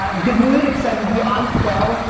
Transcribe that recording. um good mood. excited to be on twelve.